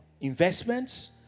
investments